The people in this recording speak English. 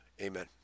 Amen